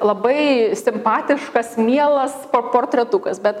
labai simpatiškas mielas portretukas bet